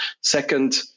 Second